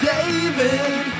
David